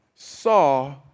saw